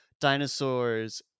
dinosaurs